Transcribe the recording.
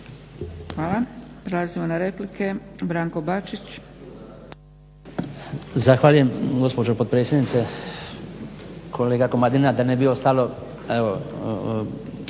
Hvala. Prelazimo na replike. Branko Bačić.